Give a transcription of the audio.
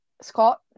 Scott